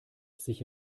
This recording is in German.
sich